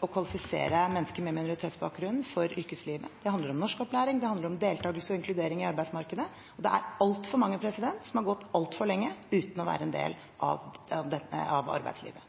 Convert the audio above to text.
å kvalifisere mennesker med minoritetsbakgrunn for yrkeslivet. Det handler om norskopplæring, og det handler om deltakelse og inkludering i arbeidsmarkedet. Det er altfor mange som har gått altfor lenge uten å være en del av arbeidslivet.